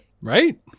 Right